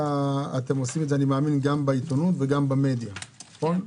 אתם עושים את זה אני מאמין גם בעיתונות וגם במדיה הדיגיטלית.